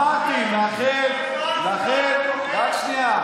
אמרתי, לכן את חזן אתה זוכר, רק שנייה.